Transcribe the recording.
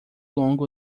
longo